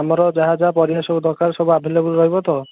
ଆମର ଯାହା ଯାହା ପରିବା ସବୁ ଦରକାର ସବୁ ଆଭେଲେବୁଲ୍ ରହିବ ତ